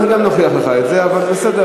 אני יכול גם להוכיח לך את זה, אבל בסדר.